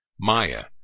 Maya